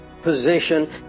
Position